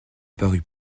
parut